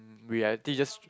reality just